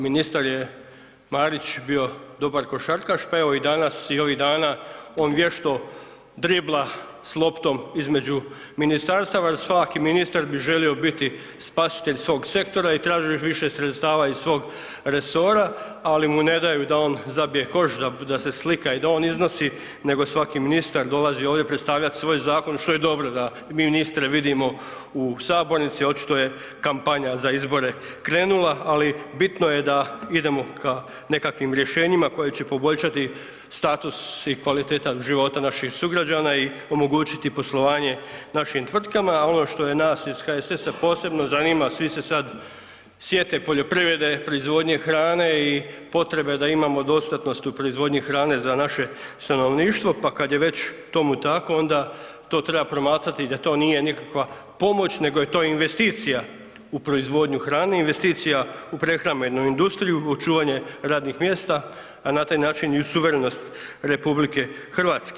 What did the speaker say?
Ministar je Marić bio dobar pa evo i danas i ovih dana on vješto dribla s loptom između ministarstava jer svaki ministar bi želio biti spasitelj svog sektora i tražio još više sredstava iz svog resora, ali mu ne daju da on zabije koš, da se slika i da on iznosi nego svaki ministar dolazi ovdje predstavljat svoj zakon što je dobro da ministre vidimo u sabornici, očito je kampanja za izbore krenula, ali bitno je da idemo ka nekakvim rješenjima koji će poboljšati status i kvalitetan život naših sugrađana i omogućiti poslovanje našim tvrtkama, a ono što nas ih HSS-a posebno zanima, svi se sad sjete poljoprivrede, proizvodnje hrane i potrebe da imamo dostatnost u proizvodnji hrane za naše stanovništvo pa kad je već tomu tako, onda to treba promatrati da to nije nikakva pomoć nego je to investicija u proizvodnju hrane, investicija u prehrambenu industriju, u čuvanje radnih mjesta a na taj način i suverenost RH.